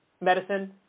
medicine